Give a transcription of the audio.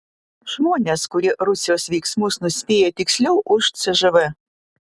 žmonės kurie rusijos veiksmus nuspėja tiksliau už cžv